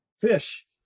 fish